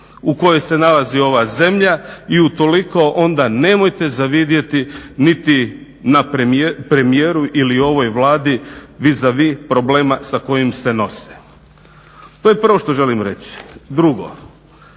u kojoj se nalazi ova zemlja i utoliko onda nemojte zavidjeti niti na premijeru ili ovoj Vladi viza vi problema sa kojim se nose. To je prvo što želim reći. Drugo,